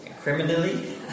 Criminally